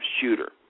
shooter